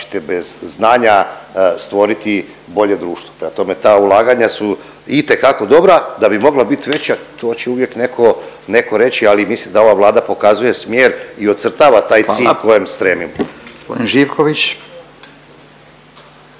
Kako ćete bez znanja stvoriti bolje društvo? Prema tome, ta ulaganja su itekako dobra, da bi mogla biti veća to će uvijek neko reći, ali mislim da ova Vlada pokazuje smjer i ocrtava taj cilj …/Upadica Radin: Hvala./…